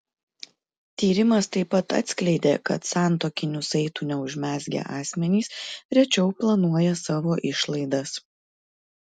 tyrimas taip pat atskleidė kad santuokinių saitų neužmezgę asmenys rečiau planuoja savo išlaidas